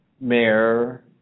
mayor